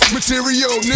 material